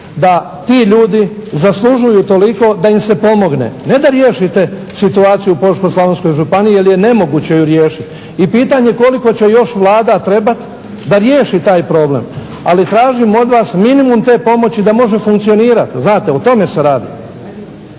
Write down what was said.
da ti ljudi zaslužuju toliko da im se pomogne, ne da riješite situaciju u Požeško-slavonskoj županiji jer je nemoguće je riješiti. I pitanje koliko će još Vlada trebati da riješi taj problem, ali tražim od vas minimum te pomoći da može funkcionirati znate? O tome se radi.